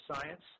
science